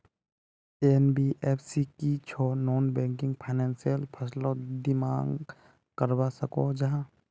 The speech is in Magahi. एन.बी.एफ.सी की छौ नॉन बैंकिंग फाइनेंशियल फसलोत डिमांड करवा सकोहो जाहा?